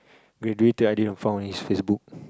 graduated I didn't found his facebook